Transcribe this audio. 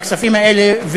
בכספים האלה,